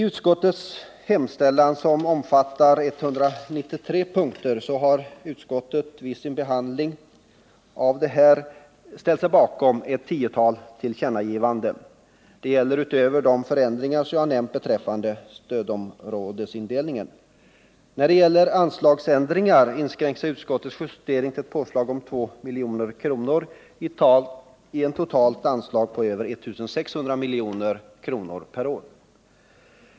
I utskottets hemställan, som omfattar 193 punkter, har utskottet vid sin behandling av motionsyrkandena ställt sig bakom ett tiotal tillkännagivanden utöver de förändringar jag har nämnt beträffande stödområdesindelning en. När det gäller anslagsändringar inskränker sig utskottets justering till påslag om 2 milj.kr. i ett totalt anslag på över 1 600 milj.kr. per år.